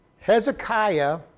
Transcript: Hezekiah